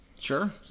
Sure